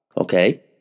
Okay